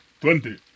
Twenty